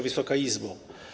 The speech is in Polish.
Wysoka Izbo!